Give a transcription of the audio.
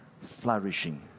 flourishing